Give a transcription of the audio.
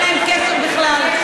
אין להם קשר בכלל,